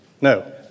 No